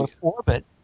orbit